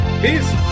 Peace